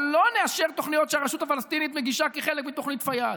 ולא נאשר תוכניות שהרשות הפלסטינית מגישה כחלק מתוכנית פיאד.